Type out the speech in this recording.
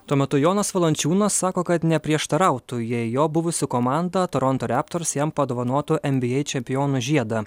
tuo metu jonas valančiūnas sako kad neprieštarautų jei jo buvusi komanda toronto reptors jam padovanotų nba čempiono žiedą